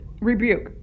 rebuke